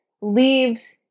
leaves